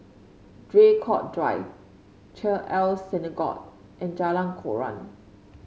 Draycott Drive Chesed El Synagogue and Jalan Koran